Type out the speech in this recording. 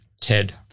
Ted